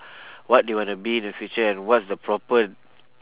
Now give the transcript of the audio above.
what they wanna be in the future and what's the proper